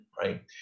right